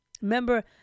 Remember